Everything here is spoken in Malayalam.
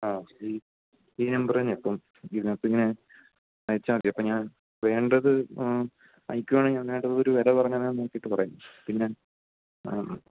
ആ ഈ ഈ നമ്പര് തന്നെയാണ് അപ്പം ഇതിനകത്ത് ഇങ്ങനെ അയച്ചാല് മതി അപ്പോള് ഞാൻ വേണ്ടത് അയക്കുകയാണെങ്കില് ഞാൻ ഒരു വില പറഞ്ഞാല് ഞാൻ നോക്കിയിട്ട് പറയാം പിന്നെ